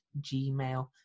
gmail